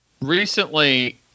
recently